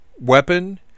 weapon